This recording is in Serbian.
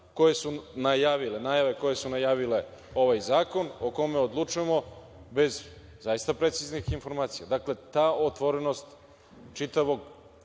koje su najavile ovaj zakon, o kome odlučujemo bez zaista preciznih informacija. Ta otvorenost čitavog